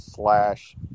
slash